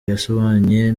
yasomanye